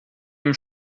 dem